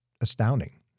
astounding